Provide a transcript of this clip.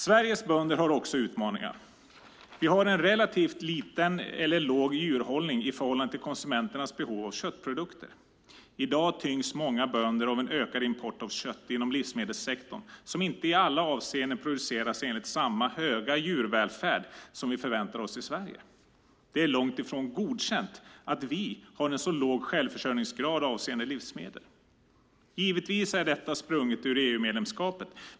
Sveriges bönder har också utmaningar. Vi har en relativt låg djurhållning i förhållande till konsumenternas behov av köttprodukter. I dag tyngs många bönder av en ökad import av kött inom livsmedelssektorn som inte i alla avseenden producerats enligt samma höga djurvälfärd som vi förväntar oss i Sverige. Det är långt ifrån godkänt att vi har en så låg självförsörjningsgrad avseende livsmedel. Givetvis är detta sprunget ur EU-medlemskapet.